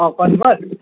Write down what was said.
अँ कनभर्स